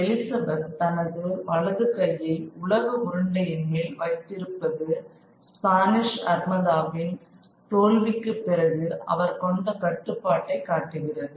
Elizabeth தனது வலதுகையை உலக உருண்டையின் மேல் வைத்திருப்பது ஸ்பானிஷ் ஆர்மதாவின் தோல்விக்குப் பிறகு அவர் கொண்ட கட்டுப்பாட்டை காட்டுகிறது